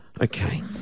Okay